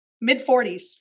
mid-40s